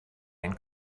and